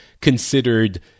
considered